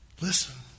Listen